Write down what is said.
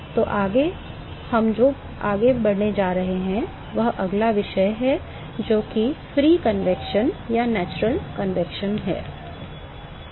तो आगे हम जो आगे बढ़ने जा रहे हैं वह अगला विषय है जो कि मुक्त संवहन या प्राकृतिक संवहन है